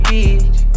Beach